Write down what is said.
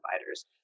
providers